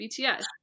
BTS